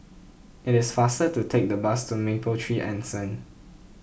it is faster to take the bus to Mapletree Anson